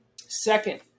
Second